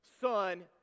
son